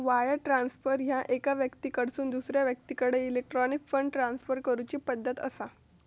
wire transfer ह्या एका व्यक्तीकडसून दुसरा व्यक्तीकडे इलेक्ट्रॉनिक फंड ट्रान्सफर करूची पद्धत असा